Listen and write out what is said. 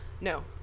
no